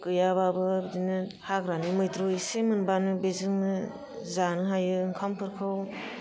गैयाबाबो बिदिनो हाग्रानि मैद्रु एसे मोनबानो बेजोंनो जानो हायो ओंखामफोरखौ